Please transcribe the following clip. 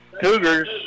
Cougars